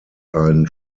ein